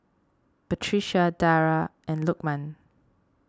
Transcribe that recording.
Batrisya Dara and Lukman